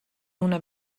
una